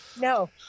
no